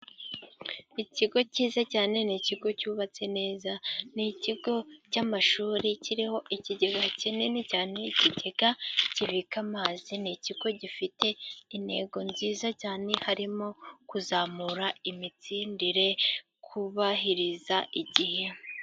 Ikigo cyiza cyane, ni ikigo cyubatse neza, ni ikigo cy' amashuri kiriho ikigega kinini cyane, ikigega kibika amazi. Ni ikigo gifite intego nziza cyane harimo kuzamura imitsindire, kubahiriza igihe.